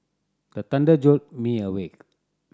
the thunder jolt me awake